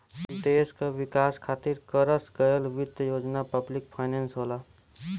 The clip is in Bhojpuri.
देश क विकास खातिर करस गयल वित्त योजना पब्लिक फाइनेंस होला